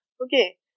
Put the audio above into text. okay